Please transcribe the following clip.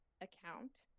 account